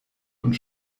und